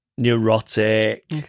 neurotic